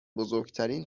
بزرگترین